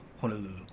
Honolulu